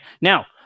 Now